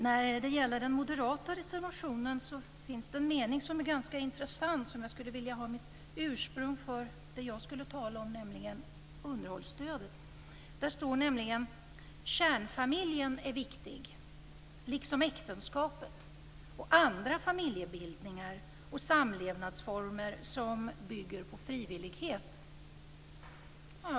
I den moderata reservationen finns det en mening som är ganska intressant, och som jag skulle vilja ta min utgångspunkt i när det gäller det som jag skulle tala om, nämligen underhållsstödet. Där står nämligen: "Kärnfamiljen är viktig liksom äktenskapet och andra familjebildningar och samlevnadsformer som, bygger på frivillighet."